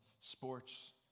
sports